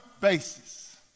basis